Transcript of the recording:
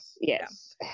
yes